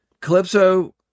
Calypso